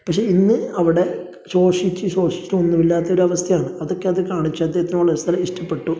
പക്ഷെ ഇന്ന് അവിടെ ശോഷിച്ച് ശോഷിച്ചിട്ട് ഒന്നുമില്ലാത്ത ഒരു അവസ്ഥയാണ് അതൊക്കെ അദ്ദേതെ കാണിച്ചു അദ്ദേഹത്തിന് സ്ഥലം ഇഷ്ടപ്പെട്ടു